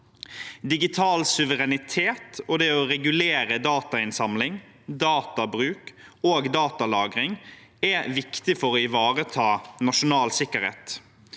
Digital suverenitet og det å regulere datainnsamling, databruk og datalagring er viktig for å ivareta nasjonal sikkerhet.